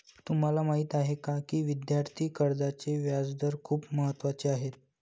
तुम्हाला माहीत आहे का की विद्यार्थी कर्जाचे व्याजदर खूप महत्त्वाचे आहेत?